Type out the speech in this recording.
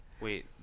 Wait